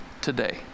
today